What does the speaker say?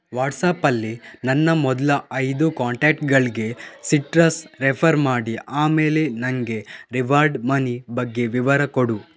ವಾಟ್ಸಾಪಲ್ಲಿ ನನ್ನ ಮೊದಲ ಐದು ಕಾಂಟ್ಯಾಕ್ಟ್ಗಳಿಗೆ ಸಿಟ್ರಸ್ ರೆಫರ್ ಮಾಡಿ ಆಮೇಲೆ ನನಗೆ ರಿವಾರ್ಡ್ ಮನಿ ಬಗ್ಗೆ ವಿವರ ಕೊಡು